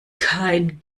kein